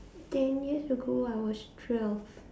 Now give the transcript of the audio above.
ten years ago I was twelve